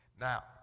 Now